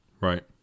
Right